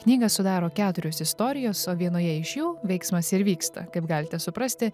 knygą sudaro keturios istorijos o vienoje iš jų veiksmas ir vyksta kaip galite suprasti